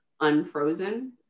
unfrozen